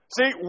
See